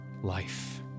life